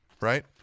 right